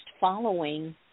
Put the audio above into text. following